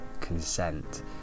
consent